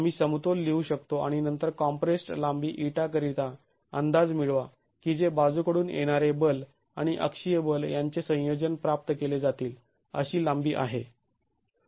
आम्ही समतोल लिहू शकतो आणि नंतर कॉम्प्रेस्ड् लांबी ईटा करिता अंदाज मिळवा की जे बाजूकडून येणारे बल आणि अक्षीय बल यांचे संयोजन प्राप्त केले जातील अशी लांबी आहे